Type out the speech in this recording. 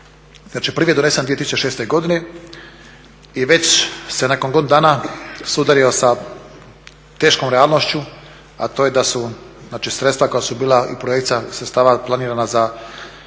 Znači, prvi je donesen 2006. godine i već se nakon godinu dana sudario sa teškom realnošću a to je da su znači sredstva koja su bila i projekcija sredstava planirana za